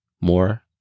more